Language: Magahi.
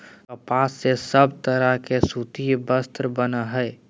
कपास से सब तरह के सूती वस्त्र बनय हय